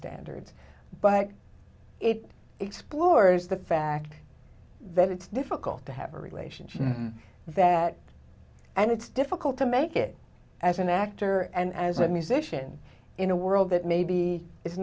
standards but it explores the fact that it's difficult to have a relationship and that and it's difficult to make it as an actor and as a musician in a world that maybe it's